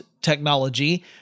technology